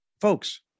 folks